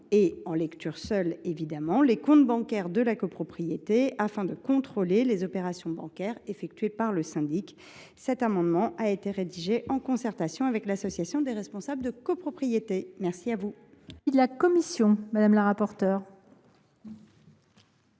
en lecture seule, le compte bancaire de la copropriété afin de contrôles les opérations effectuées par le syndic. Cet amendement a été rédigé en concertation avec l’Association des responsables de copropriétés. Quel est